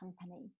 Company